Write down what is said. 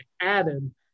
added